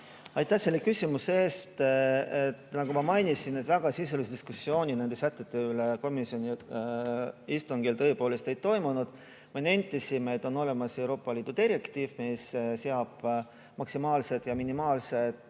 Aitäh selle küsimuse eest! Nagu ma mainisin, väga sisulist diskussiooni nende sätete üle komisjoni istungil ei toimunud. Me nentisime, et on olemas Euroopa Liidu direktiiv, mis seab maksimaalse ja minimaalse